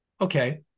Okay